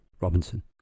Robinson